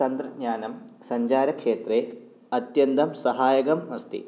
तन्त्रज्ञानं सञ्चारक्षेत्रे अत्यन्तं सहायकम् अस्ति